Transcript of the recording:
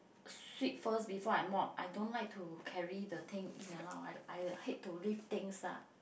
sweep first before I mop I don't like to carry the thing in and out I I hate to lift things lah